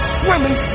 swimming